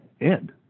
end